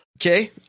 Okay